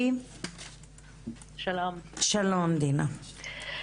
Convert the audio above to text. שלום דינה.